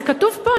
זה כתוב פה,